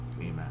Amen